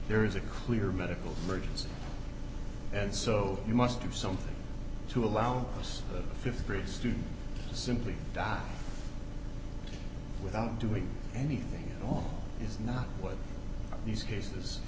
there is a clear medical emergency and so you must do something to allow us th grade students simply die without doing anything at all is not what these cases